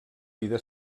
vida